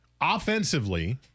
Offensively